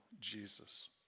Jesus